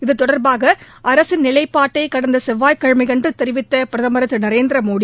இது தொடர்பாக அரசின் நிலைப்பாட்டை கடந்த செவ்வாய்கிழமையன்று தெரிவித்தபிரதமர் திரு நரேந்திர மோடி